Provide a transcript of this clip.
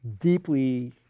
deeply